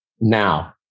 Now